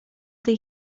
tej